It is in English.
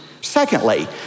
Secondly